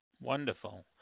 Wonderful